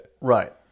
right